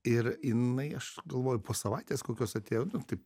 ir jinai aš galvoju po savaitės kokios atėjo taip